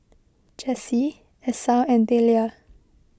Jessee Esau and Delia